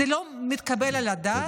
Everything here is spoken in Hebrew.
זה לא מתקבל על הדעת,